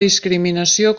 discriminació